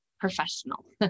professional